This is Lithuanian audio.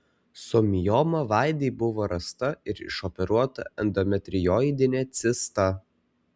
su mioma vaidai buvo rasta ir išoperuota endometrioidinė cista